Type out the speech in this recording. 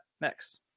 next